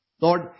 Lord